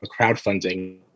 crowdfunding